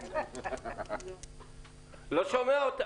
אני ממשרד המשפטים פשוט.